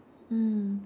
mm